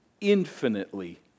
infinitely